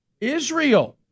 Israel